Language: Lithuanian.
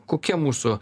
kokia mūsų